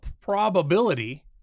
probability